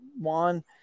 Juan